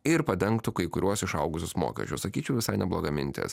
ir padengtų kai kuriuos išaugusius mokesčius sakyčiau visai nebloga mintis